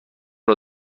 دار